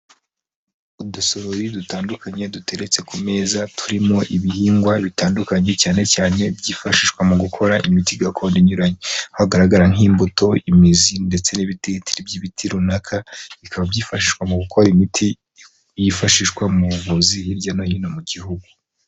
Udusorori dutandukanye duteretse ku meza turimo ibihingwa bitandukanye cyane cyane byifashishwa mu gukora imiti gakondo inyuranye, aho hagaragara mo nk'imbuto, imizi ndetse n'ibitiritiri by'ibiti runaka, bikaba byifashishwa mu gukora imiti yifashishwa mu buvuzi hirya no hino mu gihugu.